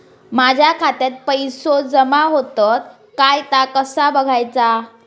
माझ्या खात्यात पैसो जमा होतत काय ता कसा बगायचा?